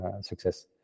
success